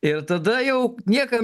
ir tada jau niekam